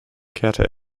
kehrte